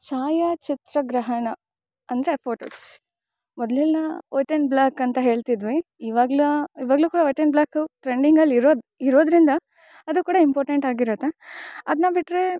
ಛಾಯಾಚಿತ್ರ ಗ್ರಹಣ ಅಂದರೆ ಫೋಟೋಸ್ ಮೊದಲೆಲ್ಲ ವೈಟ್ ಅಂಡ್ ಬ್ಲ್ಯಾಕಂತ ಹೇಳ್ತಿದ್ವಿ ಇವಾಗ್ಲು ಇವಾಗಲೂ ಕೂಡ ವೈಟ್ ಅಂಡ್ ಬ್ಲ್ಯಾಕ್ ಟ್ರೆಂಡಿಂಗಲ್ಲಿ ಇರೋ ಇರೋದರಿಂದ ಅದು ಕೂಡ ಇಂಪಾರ್ಟೆಂಟ್ ಆಗಿರುತ್ತೆ ಅದನ್ನ ಬಿಟ್ಟರೆ